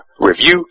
Review